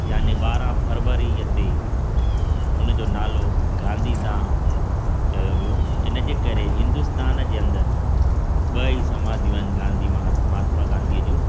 याने बारहं फ़रवरीअ ते उनजो नालो गांधी धाम चयो वियो इन जे करे हिन्दुस्तान जे अंदरि ॿ ई समाधियूं आहिनि गांधी महात्मा महात्मा गांधीअ जूं